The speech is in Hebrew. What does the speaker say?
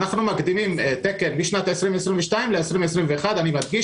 אנחנו מקדימים תקן משנת 2022 לשנת 2021. אני מדגיש